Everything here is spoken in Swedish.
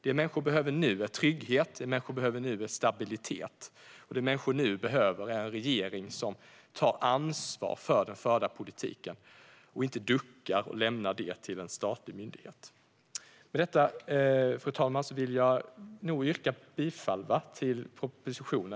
Det människor behöver nu är trygghet. Det människor behöver nu är stabilitet. Det människor behöver nu är en regering som tar ansvar för den förda politiken och inte duckar och lämnar det till en statlig myndighet. Med detta, fru talman, vill jag yrka bifall till propositionen.